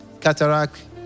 cataract